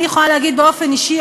אני יכולה להגיד באופן אישי,